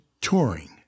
touring